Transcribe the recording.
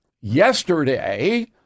yesterday